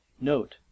Note